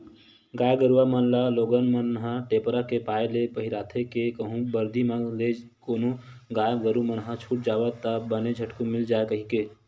गाय गरुवा मन ल लोगन मन ह टेपरा ऐ पाय के पहिराथे के कहूँ बरदी म ले कोनो गाय गरु मन ह छूट जावय ता बने झटकून मिल जाय कहिके